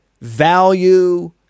value